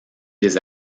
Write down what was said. des